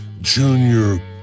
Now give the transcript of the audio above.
junior